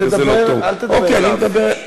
אל תהיה בטוח שמהושעיה אין ילדים כאלו.